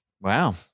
Wow